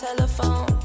Telephone